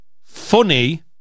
Funny